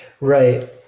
Right